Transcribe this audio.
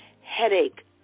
headache